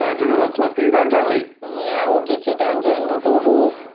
um joobie let's, let's get you down gently. yeah we'll get you down gently bebe.